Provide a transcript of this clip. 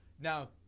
Now